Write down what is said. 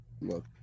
look